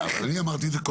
אני אמרתי את זה קודם.